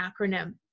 acronym